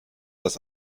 das